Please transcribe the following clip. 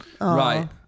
Right